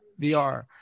vr